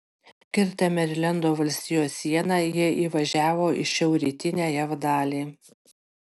kirtę merilendo valstijos sieną jie įvažiavo į šiaurrytinę jav dalį